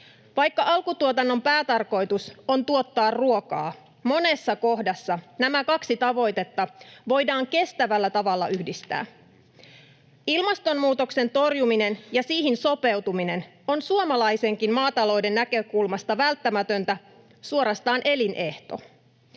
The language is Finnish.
Vaikka alkutuotannon päätarkoitus on tuottaa ruokaa, monessa kohdassa nämä kaksi tavoitetta voidaan kestävällä tavalla yhdistää. Ilmastonmuutoksen torjuminen ja siihen sopeutuminen on suomalaisenkin maatalouden näkökulmasta välttämätöntä, suorastaan elinehto.